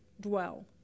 dwell